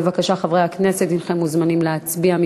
בבקשה, חברי הכנסת, הנכם מוזמנים להצביע.